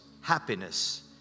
happiness